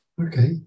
Okay